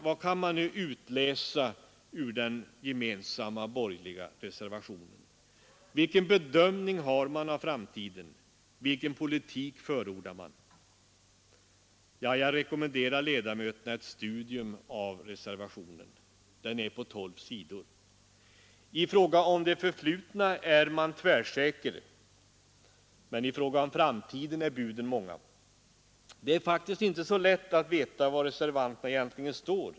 Vad kan man nu utläsa ur den borgerliga reservationen? Vilken bedömning har man av framtiden? Vilken politik förordar man? Jag rekommenderar ledamöterna ett studium av reservationen. Den är på 12 sidor. I fråga om det förflutna är man tvärsäker, men i fråga om framtiden är buden många. Det är faktiskt inte så lätt att veta var reservanterna egentligen står.